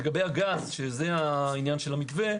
לגבי הגז, זה עניין המתווה,